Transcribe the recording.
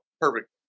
perfect